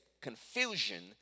confusion